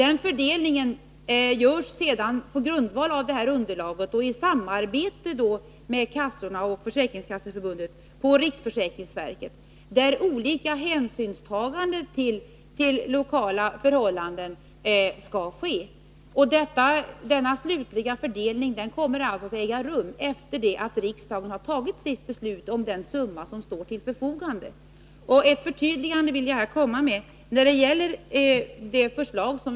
På grundval av det underlaget görs sedan fördelningen, i samarbete med kassorna, Försäkringskasseförbundet och riksförsäkringsverket, varvid hänsyn skall tas till olika lokala förhållanden. Denna slutliga fördelning kommer att äga rum efter det att riksdagen har fattat sitt beslut om den summa som skall stå till förfogande. Jag vill här komma med ett förtydligande.